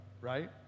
right